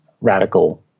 radical